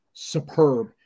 superb